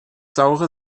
saure